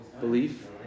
belief